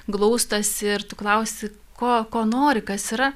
glaustosi ir tu klausi ko ko nori kas yra